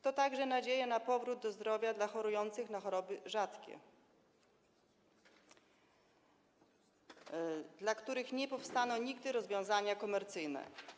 To także nadzieja na powrót do zdrowia chorujących na choroby rzadkie, dla których nie powstaną nigdy rozwiązania komercyjne.